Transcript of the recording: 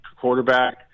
Quarterback